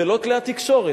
ולא כלי התקשורת.